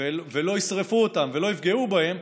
ולא ישרפו אותם ולא יפגעו בהם,